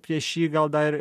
prieš jį gal dar